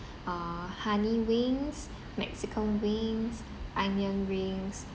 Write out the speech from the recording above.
uh honey wings mexican wings onion rings